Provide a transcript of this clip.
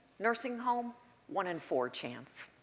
nursing home one in four chance.